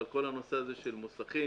אבל כל הנושא של מוסכים,